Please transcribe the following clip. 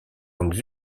langues